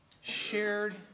shared